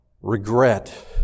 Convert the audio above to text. Regret